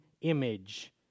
image